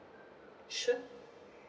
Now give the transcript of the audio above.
sure